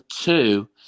two